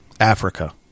Africa